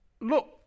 look